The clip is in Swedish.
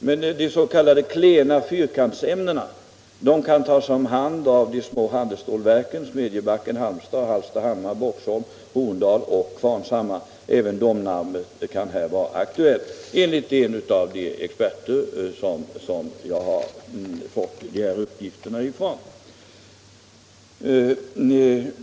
Men de s.k. klena fyrkantsämnena kan tas om hand av de små handelsstålverken, Smedjebacken, Halmstad, Hallstahammar, Boxholm, Horndal och Qvarnshammar. Även Domnarvet kan här vara aktuellt enligt en av de experter som jag har fått dessa uppgifter ifrån.